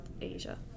Asia